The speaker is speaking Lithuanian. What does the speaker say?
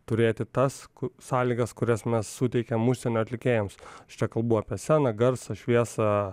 turėti tas sąlygas kurias mes suteikiam užsienio atlikėjams aš čia kalbu apie sceną garsą šviesą